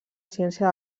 ciència